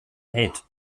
hit